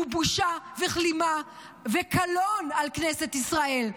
הוא בושה וכלימה וקלון על כנסת ישראל.